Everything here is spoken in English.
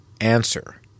answer